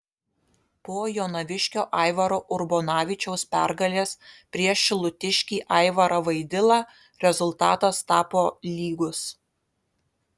po jonaviškio aivaro urbonavičiaus pergalės prieš šilutiškį aivarą vaidilą rezultatas tapo lygus